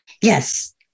Yes